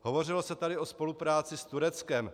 Hovořilo se tady o spolupráci s Tureckem.